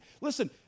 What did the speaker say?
listen